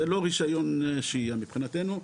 זה לא רישיון שהייה מבחינתנו,